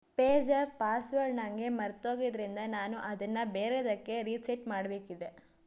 ಪೇಜ್ಯಾಪ್ password ನನಗೆ ಮರ್ತೋಗಿದ್ರಿಂದ ನಾನು ಅದನ್ನು ಬೇರೆದಕ್ಕೆ ರೀಸೆಟ್ ಮಾಡಬೇಕಿದೆ